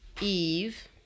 Eve